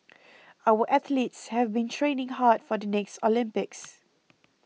our athletes have been training hard for the next Olympics